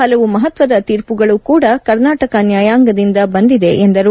ಹಲವು ಮಹತ್ವದ ತೀರ್ಮಗಳು ಕೂಡ ಕರ್ನಾಟಕ ನ್ನಾಯಾಂಗದಿಂದ ಬಂದಿದೆ ಎಂದರು